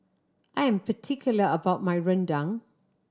I'm particular about my rendang